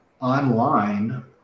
online